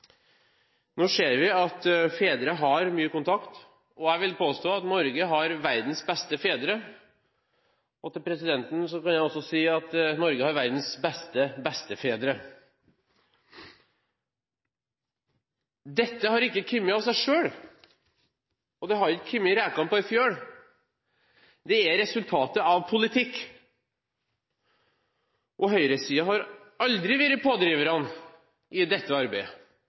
Nå ser vi at fedre har mye kontakt, og jeg vil påstå at Norge har verdens beste fedre. Til presidenten kan jeg også si at Norge har verdens beste bestefedre. Dette har ikke kommet av seg selv, og det har ikke kommet rekende på en fjøl. Det er resultatet av politikk. Høyresiden har aldri vært pådriverne i dette arbeidet.